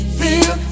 feel